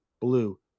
blue